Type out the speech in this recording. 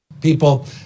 People